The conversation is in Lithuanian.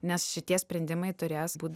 nes šitie sprendimai turės būt